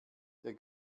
der